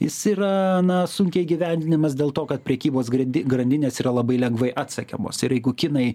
jis yra na sunkiai įgyvendinamas dėl to kad prekybos grandi grandinės yra labai lengvai atsekamos ir jeigu kinai